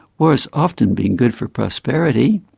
war's often been good for prosperity.